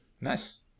Nice